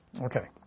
Okay